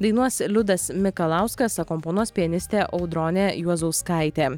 dainuos liudas mikalauskas akompanuos pianistė audronė juozauskaitė